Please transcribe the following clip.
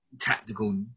tactical